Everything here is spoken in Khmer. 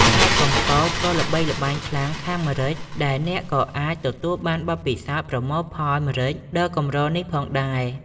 ខេត្តកំពតក៏ល្បីល្បាញខ្លាំងខាងម្រេច ដែលអ្នកក៏អាចទទួលបានបទពិសោធន៍ប្រមូលផលម្រេចដ៏កម្រនេះផងដែរ។